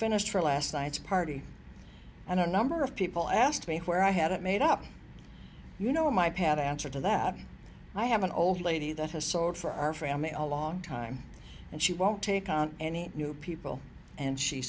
finished for last night's party and a number of people asked me where i had it made up you know my pat answer to that i have an old lady that has sold for our family a long time and she won't take on any new people and she